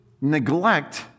neglect